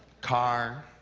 car